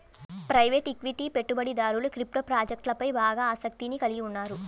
private equity పెట్టుబడిదారులు crypto ప్రాజెక్ట్లపై బాగా ఆసక్తిని కలిగి ఉన్నారు